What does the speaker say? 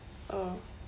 oh